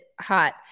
hot